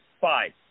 five